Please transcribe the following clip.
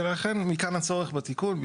ולכן מכאן הצורך בתיקון,